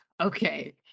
Okay